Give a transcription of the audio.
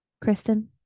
Kristen